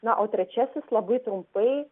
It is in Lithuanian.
na o trečiasis labai trumpai